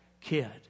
kid